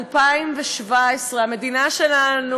2017, המדינה שלנו,